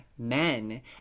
men